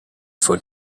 for